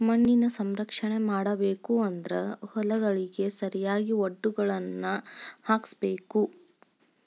ಮಣ್ಣಿನ ಸಂರಕ್ಷಣೆ ಮಾಡಬೇಕು ಅಂದ್ರ ಹೊಲಗಳಿಗೆ ಸರಿಯಾಗಿ ವಡ್ಡುಗಳನ್ನಾ ಹಾಕ್ಸಬೇಕ